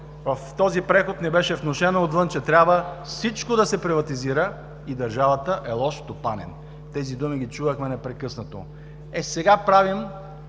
в този преход ни беше внушено отвън, че трябва всичко да се приватизира и държавата е лош стопанин. Тези думи ги чувахме непрекъснато. Сега, в